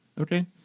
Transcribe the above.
Okay